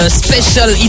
special